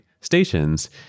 stations